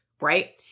right